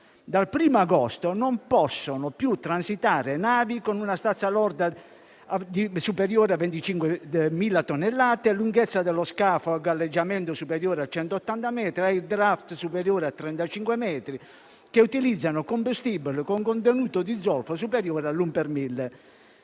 Dal primo agosto non possono più transitare navi con una stazza lorda superiore a 25.000 tonnellate, lunghezza dello scafo al galleggiamento superiore a 180 metri ed *air draft* superiore a 35 metri, che utilizzano combustibile con contenuto di zolfo superiore all'uno per mille.